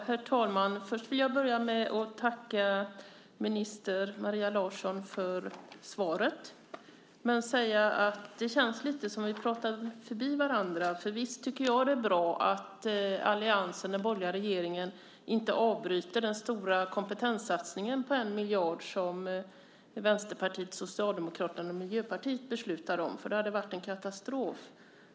Herr talman! Jag vill börja med att tacka folkhälsominister Maria Larsson för svaret, men det känns lite som om vi pratar förbi varandra. Visst tycker jag att det är bra att den borgerliga regeringen inte avbryter den stora kompetenssatsningen på 1 miljard som Vänsterpartiet, Socialdemokraterna och Miljöpartiet beslutade om. Det hade varit en katastrof.